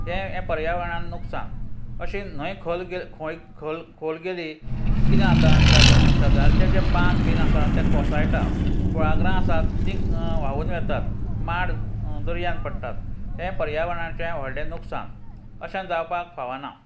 हें पर्यावरणान नुकसान अशी न्हंय खंय खोल खोल गेली की कितें जाता शेजा शेजारचे जे बान बीन आसा ते कोसयटा कुळागरां आसात तीं व्हांवून वेतात माड दर्यान पडटात हे पर्यावरणाचें व्हडलें नुकसान अशें जावपाक फावना